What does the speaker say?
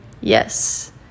yes